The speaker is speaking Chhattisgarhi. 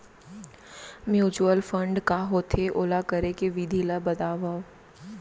म्यूचुअल फंड का होथे, ओला करे के विधि ला बतावव